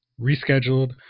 rescheduled